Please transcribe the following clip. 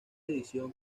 edición